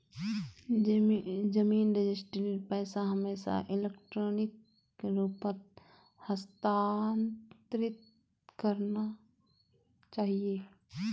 जमीन रजिस्ट्रीर पैसा हमेशा इलेक्ट्रॉनिक रूपत हस्तांतरित करना चाहिए